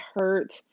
hurt